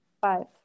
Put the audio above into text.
five